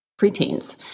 preteens